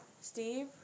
Steve